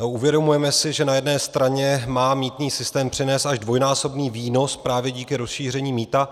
Uvědomujeme si, že na jedné straně má mýtný systém přinést až dvojnásobný výnos právě díky rozšíření mýta.